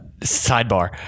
sidebar